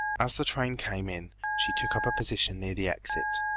as the train came in she took up a position near the exit.